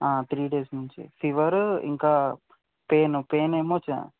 three days నుంచి fever ఇంకా pain pain ఏమో చ